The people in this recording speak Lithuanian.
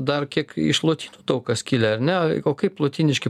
dar kiek iš lotynų daug kas kilę ar ne kaip lotyniški